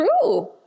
true